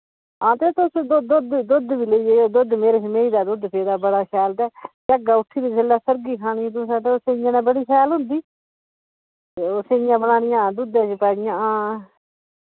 हां ते तुस दुध्द दुध्द बी लेई जायो दुध्द मेरे श मेई दा दुध्द पेदा बड़ा शैल ते उत्थे बी जिल्लै सर्गी खानी तुसैं ते ओह् सीयें नै बड़ी शैल होंदी ते ओ सइयां बनानियां दुध्दे च पाइयां हां